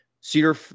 Cedar